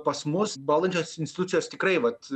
pas mus valdančios institucijos tikrai vat